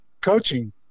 coaching